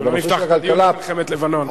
לא נפתח את הדיון על מלחמת לבנון.